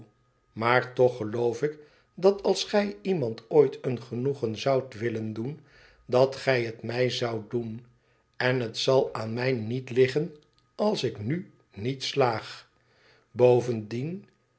maar toch geloof ik dat als gij iemand ooit een genoegen zoudt willen doen dat gij het mij zoudt doen en het zal aan mij niet liggen als ik nu niet slaag bovendien